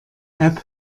app